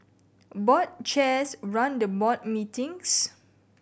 board chairs run the board meetings